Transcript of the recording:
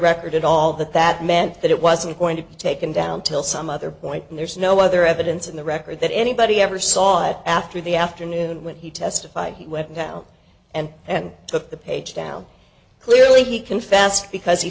record at all that that meant that it wasn't going to be taken down till some other point and there's no other evidence in the record that anybody ever saw it after the afternoon when he testified he went down and took the page down clearly he confessed because he